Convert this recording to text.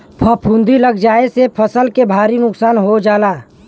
फफूंदी लग जाये से फसल के भारी नुकसान हो जाला